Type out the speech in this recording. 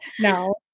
no